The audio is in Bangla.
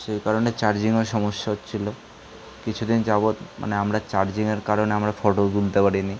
সেই কারণে চার্জিঙের সমস্যা হচ্ছিল কিছুদিন যাবৎ মানে আমরা চার্জিঙের কারণে আমরা ফটোও তুলতে পারিনি